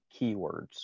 keywords